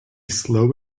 slow